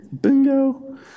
bingo